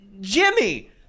Jimmy